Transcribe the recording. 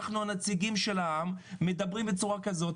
אנחנו הנציגים של העם מדברים בצורה כזאת,